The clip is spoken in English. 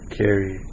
carry